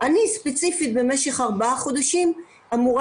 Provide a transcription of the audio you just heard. אני ספציפית במשך ארבעה חודשים אמורה